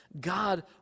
God